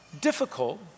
Difficult